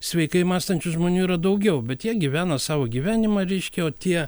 sveikai mąstančių žmonių yra daugiau bet jie gyvena savo gyvenimą reiškia o tie